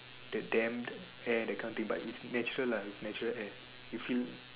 the damped air that kind of thing but natural lah it's natural air you feel